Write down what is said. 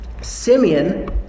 Simeon